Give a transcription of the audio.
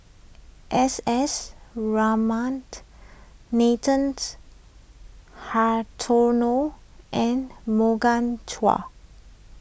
S S Ratnam Nathan Hartono and Morgan Chua